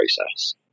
process